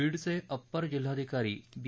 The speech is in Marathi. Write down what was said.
बीडचे अप्पर जिल्हाधिकारी बी